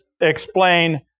explain